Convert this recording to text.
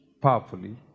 powerfully